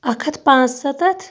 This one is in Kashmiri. اَکھ ہَتھ پانژھ سَتتھ